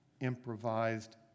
improvised